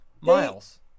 Miles